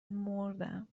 مردم